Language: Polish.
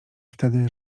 wtedy